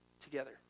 together